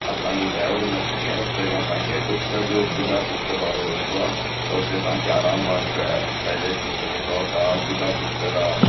असांजो ड्राइवर उन पुठें रस्ते खां तव्हांखे पुष्कर जो बूढ़ा पुष्कर वारो रस्तो आहे त उते बूढ़ा पुष्कर वारो तव्हांखे आरामु बाग़ु पेलेस रिसोट आहे बूढ़ा पुष्कर आहे